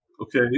okay